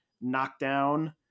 knockdown